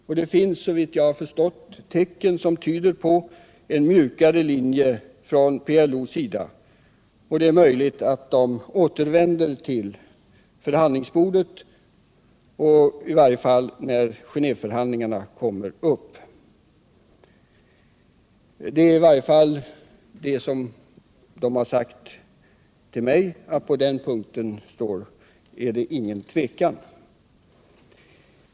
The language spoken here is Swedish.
Men det finns, såvitt jag har förstått, tecken som tyder på en mjukare linje från PLO:s sida, och det är möjligt att de återvänder till förhandlingsbordet, i varje fall gäller detta Genéveförhandlingarna. Det är åtminstone det man har sagt till mig: på den punkten är det ingen tvekan.